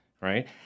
right